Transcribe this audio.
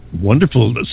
wonderful